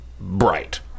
bright